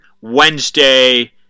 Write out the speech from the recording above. Wednesday